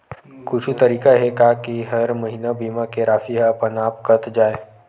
कुछु तरीका हे का कि हर महीना बीमा के राशि हा अपन आप कत जाय?